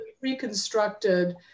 reconstructed